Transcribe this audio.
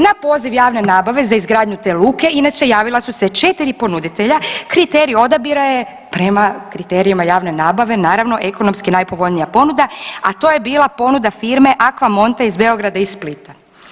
Na poziv javne nabave za izgradnju te luke inače javila su se 4 ponuditelja, kriterij odabira je prema kriterijima javne nabave naravno ekonomski najpovoljnija ponuda, a to je bila ponuda firme AquaMonta iz Beograda i iz Splita.